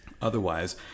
Otherwise